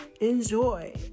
enjoy